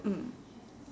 mm